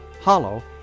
Hollow